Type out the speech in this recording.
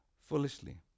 foolishly